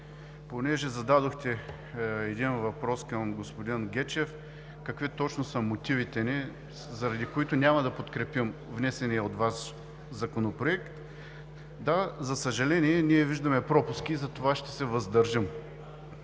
Понеже зададохте въпрос към господин Гечев: какви точно са мотивите ни, заради които няма да подкрепим внесения от Вас Законопроект – да, за съжаление, ние виждаме пропуски и затова ще се въздържим.